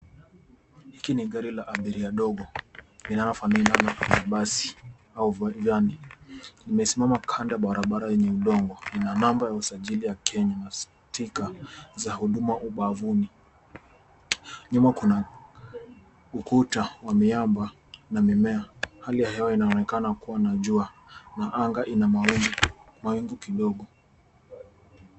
Hiki ni gari la abiria dogo, linalofanana na mabasi vani. Limesimama kando ya barabara yenye udongo. Lina namba ya usajili ya Kenya na stika za huduma ubavuni. Nyuma kuna ukuta wa miamba na mimea. Hali ya hewa inaonekana kuwa na jua na anga ina mawingu kidogo.